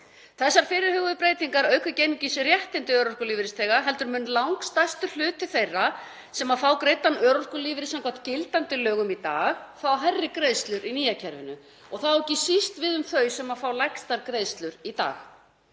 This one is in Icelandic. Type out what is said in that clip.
Þessar fyrirhuguðu breytingar auka ekki einungis réttindi örorkulífeyrisþega heldur mun langstærstur hluti þeirra sem fá greiddan örorkulífeyri samkvæmt gildandi lögum í dag fá hærri greiðslur í nýja kerfinu og það á ekki síst við um þau sem fá lægstar greiðslur í dag.